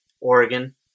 Oregon